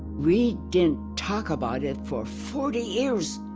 we didn't talk about it for forty years.